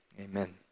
Amen